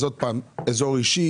שוב אזור אישי,